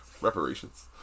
reparations